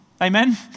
Amen